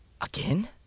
Again